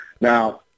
Now